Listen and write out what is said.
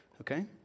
okay